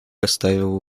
оставил